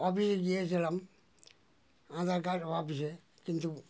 অফিসে গিয়েছিলাম আধার কার্ড অফিসে কিন্তু